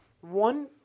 one